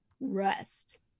rest